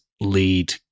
lead